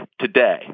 today